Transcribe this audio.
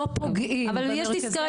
לא פוגעים במרכזי ה- אבל יש דיסקרטיות,